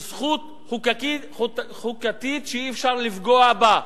היא זכות חוקתית שאי-אפשר לפגוע בה.